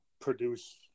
produce